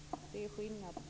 Det är skillnaden.